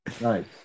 Nice